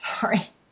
sorry